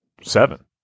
seven